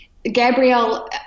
Gabrielle